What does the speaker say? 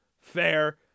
fair